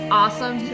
awesome